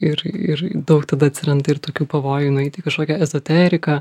ir ir daug tada atsiranda ir tokių pavojų nueiti į kažkokią ezoteriką